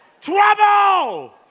Trouble